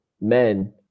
men